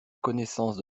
connaissance